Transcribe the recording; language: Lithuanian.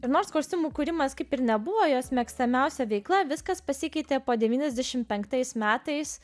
ir nors kostiumų kūrimas kaip ir nebuvo jos mėgstamiausia veikla viskas pasikeitė po devyniasdešimt penktais metais